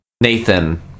Nathan